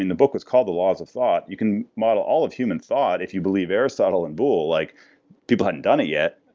and the book was called the laws of thought, you can model all of human thought if you believe aristotle and boole, like people hadn't done it yet.